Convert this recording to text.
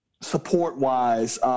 support-wise